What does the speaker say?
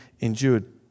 endured